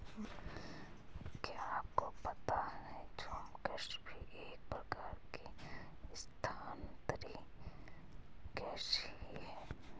क्या आपको पता है झूम कृषि भी एक प्रकार की स्थानान्तरी कृषि ही है?